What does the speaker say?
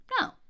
No